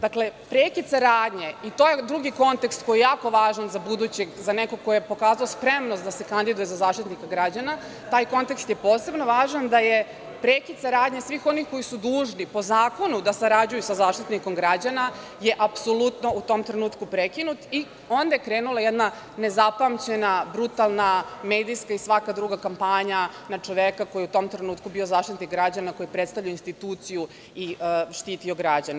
Dakle, prekid saradnje, i to je drugi kontekst koji je jako važan za budućeg, za nekog ko je pokazao spremnost da se kandiduje za Zaštitnika građana, taj kontekst je posebno važan, da je prekid saradnje svih onih koji su dužni po zakonu da sarađuju sa Zaštitnikom građana, je apsolutno u tom trenutku prekinut i onda je krenula jedna nezapamćena, brutalna, medijska i svaka druga kampanja na čoveka koji je u tom trenutku bio Zaštitnik građana, koji je predstavljao instituciju i štitio građane.